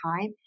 time